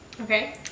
Okay